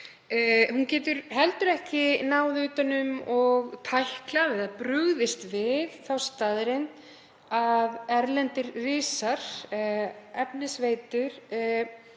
Hún getur heldur ekki náð utan um og tæklað eða brugðist við þeirri staðreynd að erlendir risar, efnisveitur,